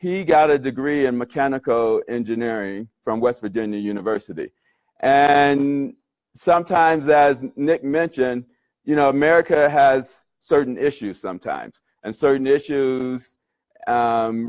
he got a degree in mechanical engineering from west virginia university and sometimes as nic mentioned you know america has certain issues sometimes and certain issues